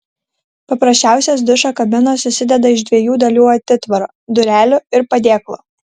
paprasčiausios dušo kabinos susideda iš dviejų dalių atitvaro durelių ir padėklo